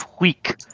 weak